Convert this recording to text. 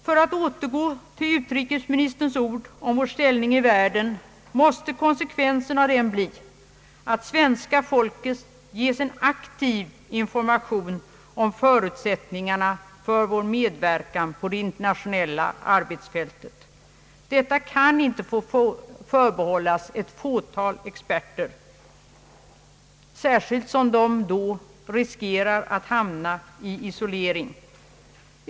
För att återgå till utrikesministerns ord om vår ställning i världen vill jag säga att konsekvensen av dem måste bli att svenska folket ges en aktiv information om förutsättningarna för vår medverkan på det internationella arbetsfältet. Detta kan inte få förbehållas ett fåtal experter, särskilt som de då riskerar att hamna i isolering.